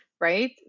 right